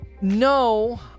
no